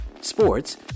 sports